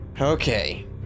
okay